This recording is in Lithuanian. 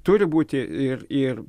turi būti ir ir